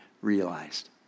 realized